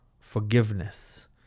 forgiveness